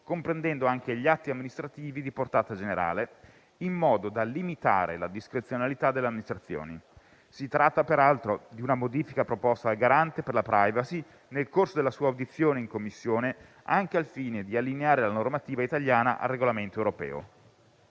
comprendendo anche gli atti amministrativi di portata generale, in modo da limitare la discrezionalità dell'amministrazione. Si tratta, peraltro, di una modifica proposta dal Garante per la *privacy* nel corso della sua audizione in Commissione, anche al fine di allineare la normativa italiana al regolamento europeo.